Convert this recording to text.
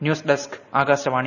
news desk Akashvani